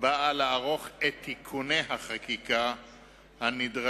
באה לערוך את תיקוני החקיקה הנדרשים